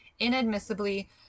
Inadmissibly